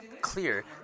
clear